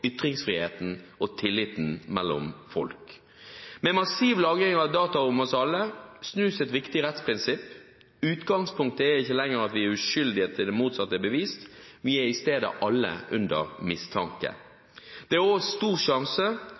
ytringsfriheten og tilliten mellom folk. Med massiv lagring av data om oss alle snus et viktig rettsprinsipp. Utgangspunktet er ikke lenger at vi er uskyldige til det motsatte er bevist, vi er i stedet alle under mistanke. Det er også stor sjanse